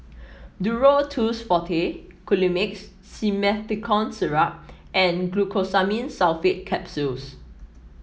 Duro Tuss Forte Colimix Simethicone Syrup and Glucosamine Sulfate Capsules